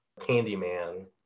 Candyman